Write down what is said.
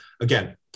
again